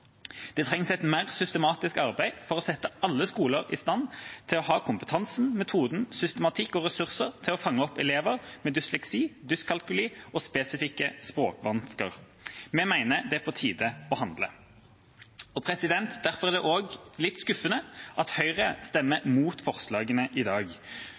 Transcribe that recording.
Det trengs et mer systematisk arbeid for å sette alle skoler i stand til å ha kompetanse, metode, systematikk og ressurser til å fange opp elever med dysleksi, dyskalkuli og spesifikke språkvansker. Vi mener det er på tide å handle. Derfor er det også litt skuffende at Høyre vil stemme imot forslaget i dag.